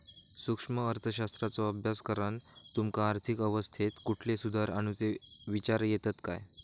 सूक्ष्म अर्थशास्त्राचो अभ्यास करान तुमका आर्थिक अवस्थेत कुठले सुधार आणुचे विचार येतत काय?